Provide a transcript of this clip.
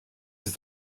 ist